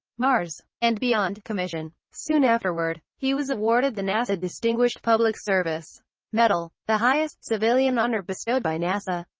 mars, and beyond commission. soon afterward, he was awarded the nasa distinguished public service medal, the highest civilian honor bestowed by nasa.